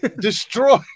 Destroy